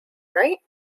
right